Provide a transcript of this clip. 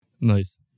Nice